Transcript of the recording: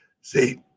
See